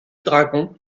dragon